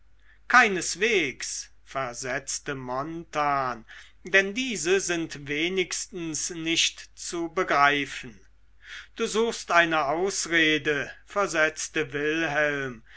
keineswegs versetzte jarno denn diese sind wenigstens nicht zu begreifen du suchst eine ausrede versetzte wilhelm